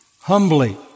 Humbly